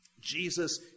Jesus